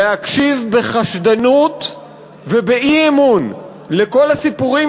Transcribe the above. להקשיב בחשדנות ובאי-אמון לכל הסיפורים